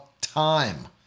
time